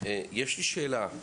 יש לי שאלה: